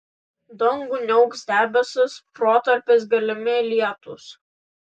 dangų niauks debesys protarpiais galimi lietūs